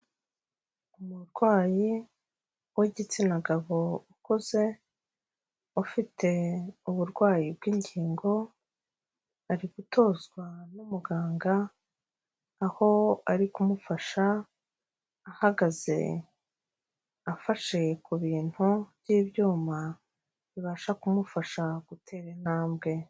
Umurwayi w'igitsina gabo ukuze, ufite uburwayi bw'ingingo, ari gutozwa n'umuganga, aho ari kumufasha ahagaze afashe ku bintu by'ibyuma bibasha kumufasha gutera intambwe.